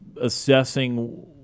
assessing